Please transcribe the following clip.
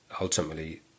ultimately